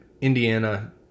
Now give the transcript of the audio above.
Indiana